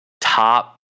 top –